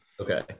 Okay